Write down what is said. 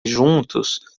juntos